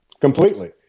Completely